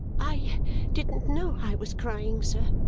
i didn't know i was crying, sir,